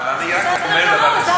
אבל אני רק אומר דבר אחד,